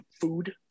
food